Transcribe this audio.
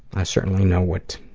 i certainly know what,